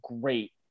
great